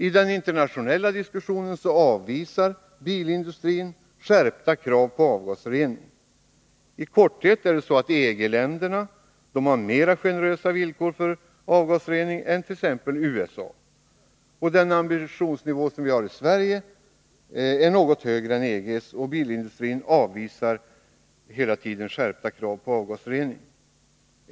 I den internationella diskussionen avvisar bilindustrin skärpta krav på avgasrening. I korthet har EG-länderna mera generösa villkor för avgasrening än t.ex. USA. Den ambitionsnivå som vi har i Sverige är något högre än EG:s, och bilindustrin avvisar hela tiden skärpta krav på avgasrening.